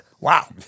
Wow